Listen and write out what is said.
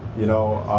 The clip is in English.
you know.